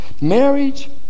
Marriage